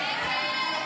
סעיף